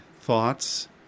thoughts